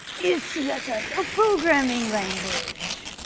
is css a programming language?